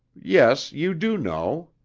yes, you do know.